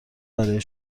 برای